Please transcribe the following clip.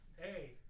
Hey